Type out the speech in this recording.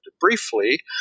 briefly